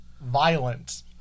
violent